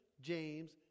James